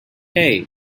hey